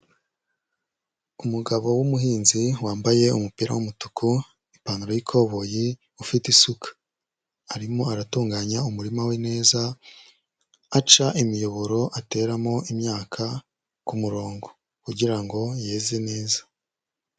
Umugabo w'umuhinzi wambaye umupira w'umutuku, ipantaro y'ikoboyi ufite isuka, arimo aratunganya umurima we neza, aca imiyoboro ateramo imyaka ku murongo kugira ngo yeze neza.